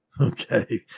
Okay